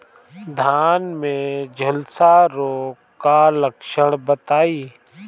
धान में झुलसा रोग क लक्षण बताई?